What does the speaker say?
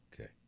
Okay